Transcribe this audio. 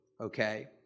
Okay